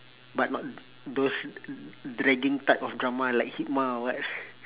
but not those dragging type of drama like or what